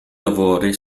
lavori